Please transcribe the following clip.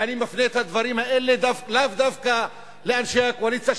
ואני מפנה את הדברים האלה לאו דווקא לאנשי הקואליציה,